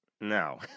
No